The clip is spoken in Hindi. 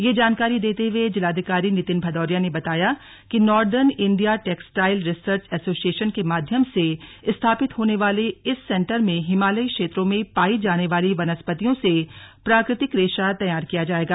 यह जानकारी देते हुए जिलाधिकारी नितिन भदौरिया ने बताया कि northern India textile research association के माध्यम से स्थापित होने वाले इस सेंटर में हिमालयी क्षेत्रों में पाई जाने वाली वनस्पतियों से प्राकृतिक रेशा तैंयार किया जायेगा